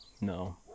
no